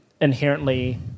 inherently